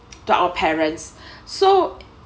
to our parents so